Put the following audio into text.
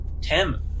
Tim